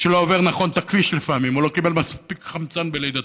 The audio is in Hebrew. שלא עובר נכון את הכביש לפעמים או לא קיבל מספיק חמצן בלידתו.